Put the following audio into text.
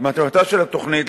מטרתה של התוכנית,